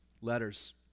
letters